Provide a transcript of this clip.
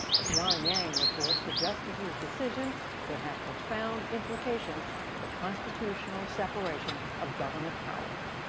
as john yang reports, the justices' decision could have profound implications for the constitutional separation of government powers.